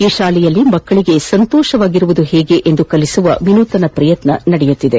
ಈ ಶಾಲೆಯಲ್ಲಿ ಮಕ್ಕಳಿಗೆ ಸಂತೋಷವಾಗಿರುವುದು ಹೇಗೆ ಎಂದು ಕಲಿಸುವ ವಿನೂತನ ಪ್ರಯತ್ನ ನಡೆಯುತ್ತಿದೆ